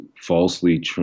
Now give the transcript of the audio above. falsely